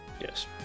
Yes